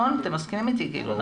אתם מסכימים איתי, נכון?